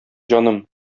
җаным